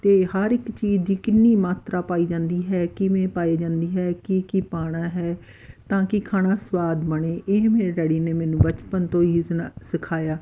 ਅਤੇ ਹਰ ਇੱਕ ਚੀਜ਼ ਦੀ ਕਿੰਨੀ ਮਾਤਰਾ ਪਾਈ ਜਾਂਦੀ ਹੈ ਕਿਵੇਂ ਪਾਏ ਜਾਂਦੀ ਹੈ ਕੀ ਕੀ ਪਾਉਣਾ ਹੈ ਤਾਂ ਕਿ ਖਾਣਾ ਸਵਾਦ ਬਣੇ ਇਹ ਮੇਰੇ ਡੈਡੀ ਨੇ ਮੈਨੂੰ ਬਚਪਨ ਤੋਂ ਹੀ ਇਸ ਨਾ ਸਿਖਾਇਆ